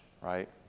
right